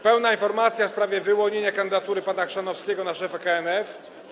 Pełna informacja w sprawie wyłonienia kandydatury pana Chrzanowskiego na szefa KNF.